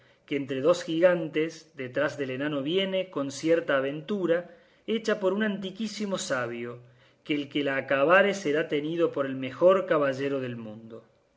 que entre dos gigantes detrás del enano viene con cierta aventura hecha por un antiquísimo sabio que el que la acabare será tenido por el mejor caballero del mundo